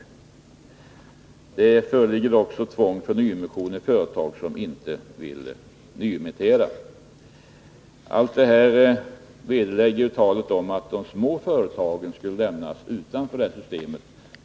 Det föreligger också tvång till nyemission för företag som inte vill nyemittera. Allt det här vederlägger talet om att de små företagen skulle lämnas utanför detta system.